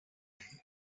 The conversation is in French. guerres